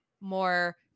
more